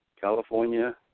California